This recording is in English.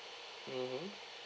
mmhmm